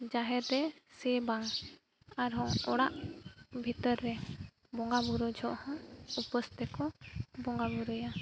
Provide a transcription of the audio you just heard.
ᱡᱟᱦᱮᱨ ᱨᱮ ᱥᱮ ᱵᱟᱝ ᱟᱨᱦᱚᱸ ᱚᱲᱟᱜ ᱵᱷᱤᱛᱟᱹᱨ ᱨᱮ ᱵᱚᱸᱜᱟ ᱵᱳᱨᱳ ᱡᱷᱚᱜ ᱦᱚᱸ ᱩᱯᱟᱹᱥ ᱛᱮᱠᱚ ᱵᱚᱸᱜᱟ ᱵᱳᱨᱳᱭᱟ